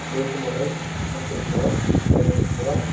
Devkumar Rai Santosh Khawas Ganesh Khawas